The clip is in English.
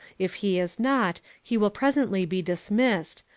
if he is not, he will presently be dismissed,